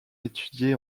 étudié